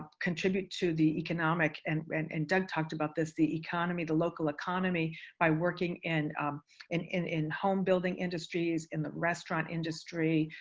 contribute to the economic and doug talked about this, the economy, the local economy by working and um and in in home-building industries, in the restaurant industry,